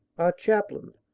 our chaplain,